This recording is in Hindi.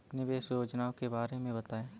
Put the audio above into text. निवेश योजनाओं के बारे में बताएँ?